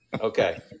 Okay